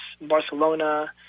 Barcelona